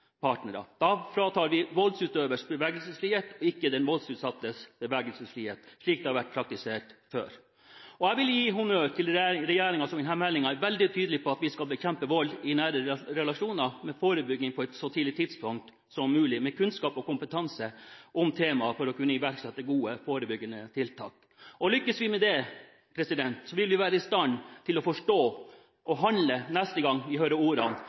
Da fratar vi voldsutøvers bevegelsesfrihet og ikke den voldsutsattes bevegelsesfrihet, slik det har vært praktisert før. Jeg vil gi honnør til regjeringen som i denne meldingen er veldig tydelig på at vi skal bekjempe vold i nære relasjoner med forebygging på et så tidlig tidspunkt som mulig, og med kunnskap og kompetanse om temaet for å kunne iverksette gode, forebyggende tiltak. Lykkes vi med det, vil vi være i stand til å forstå og handle neste gang vi hører ordene: